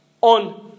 on